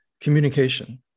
communication